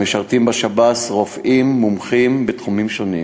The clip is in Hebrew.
בשב"ס משרתים רופאים מומחים בתחומים שונים,